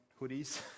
hoodies